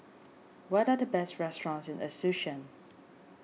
what are the best restaurants in Asuncion